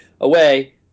away